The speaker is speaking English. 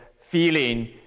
feeling